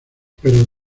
pero